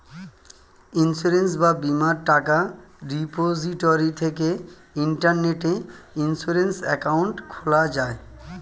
insurance বা বীমার টাকা রিপোজিটরি থেকে ইন্টারনেটে ইন্সুরেন্স অ্যাকাউন্ট খোলা যায়